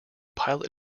pilot